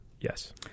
Yes